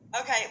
Okay